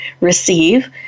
receive